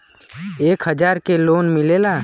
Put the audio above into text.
एक हजार के लोन मिलेला?